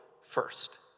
first